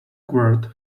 word